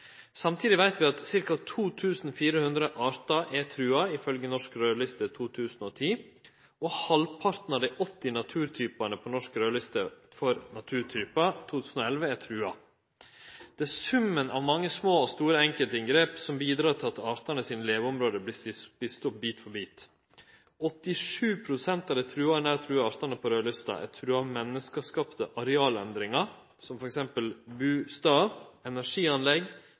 Samtidig veit vi at ca. 2 400 artar er trua, ifølgje Norsk raudliste for artar 2010, og halvparten av dei 80 naturtypane på Norsk raudliste for naturtypar 2011 er trua. Det er summen av mange små og store enkeltinngrep som bidreg til at artane sine leveområde vert spist opp bit for bit. 87 pst. av dei trua og nær trua artane på raudlista er trua av menneskeskapte arealendringar, som f.eks. bustader, energianlegg,